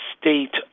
state